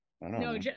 No